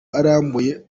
arambuye